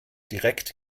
direkt